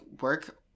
work